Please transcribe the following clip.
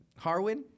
Harwin